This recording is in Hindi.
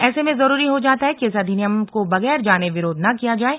ऐसे में जरुरी हो जाता है कि इस अधिनियम को बगैर जानें विरोध न किया जाये